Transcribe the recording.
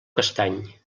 castany